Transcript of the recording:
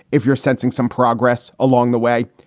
if you're sensing some progress along the way.